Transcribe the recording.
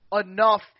enough